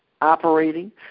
operating